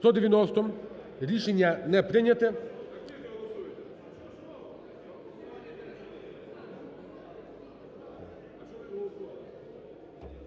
Рішення не прийняте.